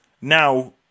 now